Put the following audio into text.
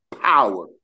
power